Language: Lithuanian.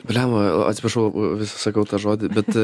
bliamba atsiprašau sakau tą žodį bet